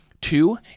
Two